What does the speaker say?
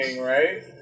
right